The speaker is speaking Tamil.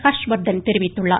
ஹர்ஷ்வர்த்தன் தெரிவித்துள்ளார்